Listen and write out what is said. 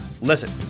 Listen